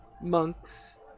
monks